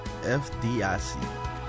FDIC